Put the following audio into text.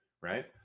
right